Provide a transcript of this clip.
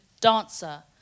dancer